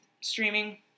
streaming